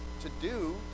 to-do